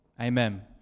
Amen